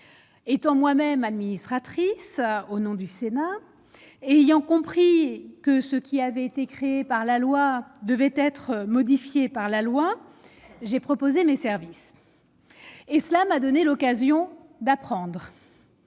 étant moi-même administratrice au nom du Sénat ayant compris que ce qui avait été créé par la loi devait être modifié par la loi, j'ai proposé mes services et cela m'a donné l'occasion d'apprendre